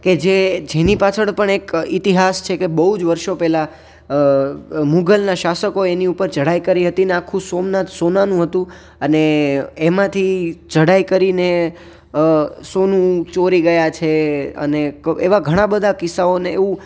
કે જે જેની પાછળ પણ એક ઇતિહાસ છે કે બહુ જ વર્ષો પહેલાં મુગલના શાસકો એની ઉપર ચડાઈ કરી હતી ને આખું સોમનાથ સોમનાથ સોનાનું હતું અને એમાંથી ચડાઈ કરીને સોનું ચોરી ગયા છે અને એવા ઘણા બધા કિસ્સાઓને એવું